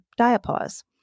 diapause